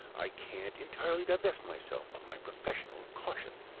i can't entirely divest myself of my professional caution.